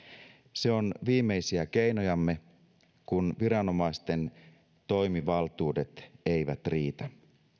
se on viimeisiä keinojamme kun viranomaisten toimivaltuudet eivät riitä